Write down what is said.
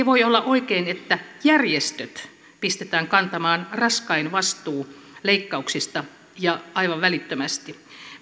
voi olla oikein että järjestöt pistetään kantamaan raskain vastuu leikkauksista ja aivan välittömästi